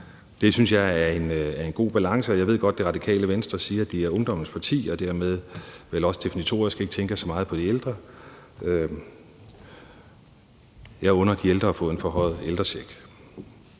Det synes jeg er en god balance, og jeg ved godt, at Radikale Venstre siger, at de er ungdommens parti, og at de vel dermed også definitorisk ikke tænker så meget på de ældre. Jeg under de ældre at få en forhøjet ældrecheck.